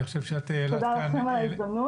אני חושב שאת דווקא --- תודה לכם על ההזדמנות.